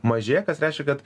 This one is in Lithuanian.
mažėja kas reiškia kad